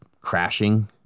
crashing